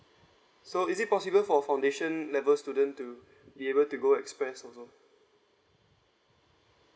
so is it possible for foundation level student to be able to go express also